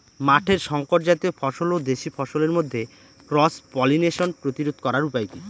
মাঠের শংকর জাতীয় ফসল ও দেশি ফসলের মধ্যে ক্রস পলিনেশন প্রতিরোধ করার উপায় কি?